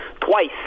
twice